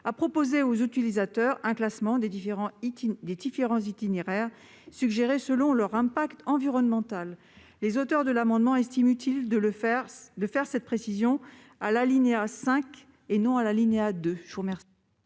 à proposer aux utilisateurs un classement des différents itinéraires suggérés selon leur impact environnemental. Nous estimons utile d'inscrire cette précision à l'alinéa 5, et non à l'alinéa 2,